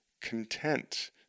content